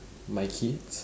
my kids